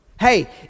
Hey